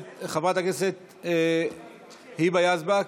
חברת הכנסת היבה יזבק,